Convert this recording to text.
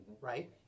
right